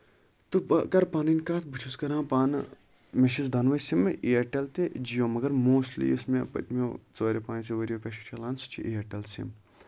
تہٕ بہٕ کرٕ پَنٕنۍ کَتھ بہٕ چھُس کران پانہٕ مےٚ چھُس دۄنوٕے سِمہٕ اِیرٹیل تہِ جِیو مَگر موسٹلی یۄس مےٚ پٔتمٮ۪و ژورو پانٛژو ؤریو پٮ۪ٹھ چھِ چلان سۄ چھ اِیرٹیل سِم